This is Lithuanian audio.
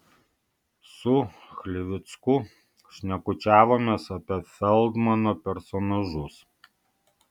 su chlivicku šnekučiavomės apie feldmano personažus